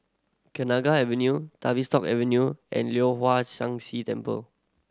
Kenanga Avenue Tavistock Avenue and Leong Hwa Sang Si Temple